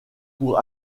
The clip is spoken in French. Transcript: pour